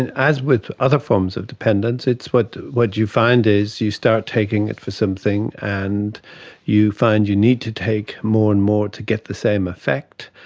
and as with other forms of dependence, what what you find is you start taking it for something and you find you need to take more and more to get the same effect,